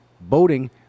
boating